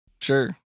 sure